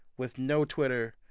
with no twitter,